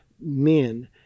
men